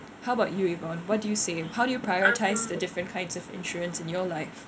how about you yvonne what do you say how do you prioritise the different kinds of insurance in your life